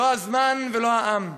לא הזמן ולא העם.